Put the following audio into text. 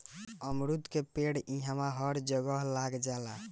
अमरूद के पेड़ इहवां हर जगह लाग जाला